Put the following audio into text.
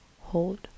hold